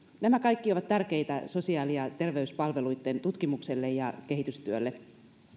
nämä kaikki ovat tärkeitä sosiaali ja terveyspalveluitten tutkimukselle ja kehitystyölle